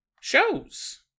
shows